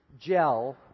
gel